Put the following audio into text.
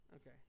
Okay